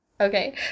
Okay